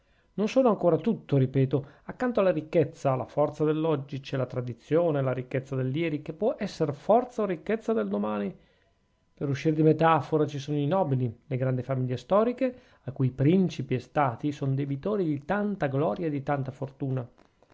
non sono ancora tutto ripeto accanto alla ricchezza alla forza dell'oggi c'è la tradizione la ricchezza dell'ieri che può esser forza o ricchezza del domani per uscir di metafora ci sono i nobili le grandi famiglie storiche a cui principi e stati son debitori di tanta gloria e di tanta fortuna